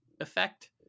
effect